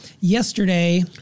Yesterday